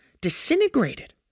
disintegrated